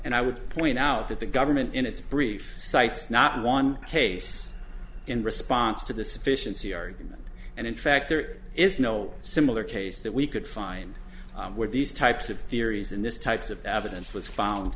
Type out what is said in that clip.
and i would point out that the government in its brief cites not one case in response to the sufficiency argument and in fact there is no similar case that we could find where these types of theories in this types of evidence was found